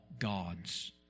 gods